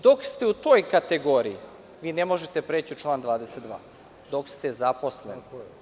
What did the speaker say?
Dok ste u toj kategoriji, vi ne možete preći u član 22, dok ste zaposleni.